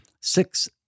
six